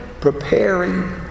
preparing